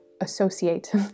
associate